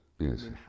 Yes